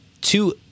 two